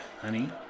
honey